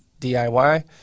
DIY